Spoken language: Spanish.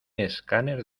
escáner